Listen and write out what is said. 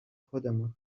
خودمون